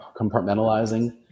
compartmentalizing